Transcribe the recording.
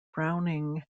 browning